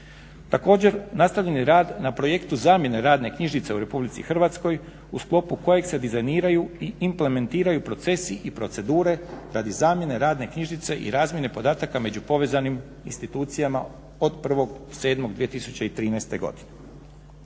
Također, nastavljen je rad na projektu zamjene radne knjižice u Republici Hrvatskoj u sklopu kojeg se dizajniraju i implementiraju procesi i procedure radi zamjene radne knjižice i razmjene podataka među povezanim institucijama od 1.7.2013. godine.